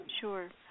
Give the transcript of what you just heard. Sure